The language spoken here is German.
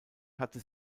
hatte